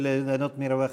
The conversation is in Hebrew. וליהנות מהרווחים.